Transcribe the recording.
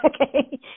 Okay